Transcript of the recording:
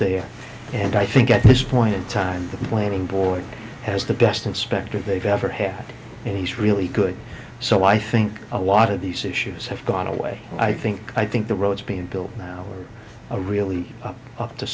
there and i think at this point in time the planning board has the best inspector they've ever had and he's really good so i think a lot of these issues have gone away i think i think the roads being built now a really up to